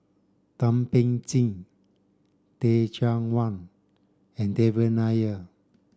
Thum Ping Tjin Teh Cheang Wan and Devan Nair